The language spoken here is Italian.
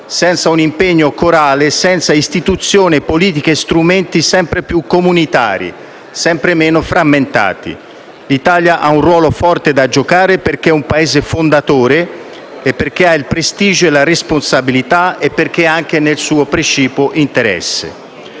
e un impegno corale, senza istituzioni, politiche e strumenti sempre più comunitari e meno frammentati. L'Italia ha un ruolo forte da giocare perché è un Paese fondatore, ha il prestigio e la responsabilità e perché è anche nel suo precipuo interesse.